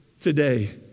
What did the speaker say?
today